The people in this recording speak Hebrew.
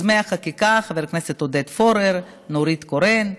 ליוזמי החקיקה, חברי הכנסת עודד פורר, נורית קורן,